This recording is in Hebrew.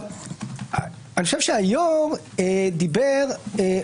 אני חושב שהיושב-ראש דיבר,